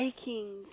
aching